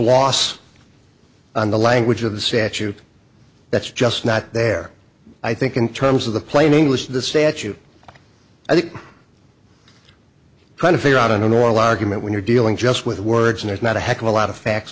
gloss on the language of the statute that's just not there i think in terms of the plain english the statute i think kind of figure out a normal argument when you're dealing just with words and there's not a heck of a lot of facts